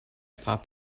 thought